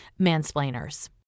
mansplainers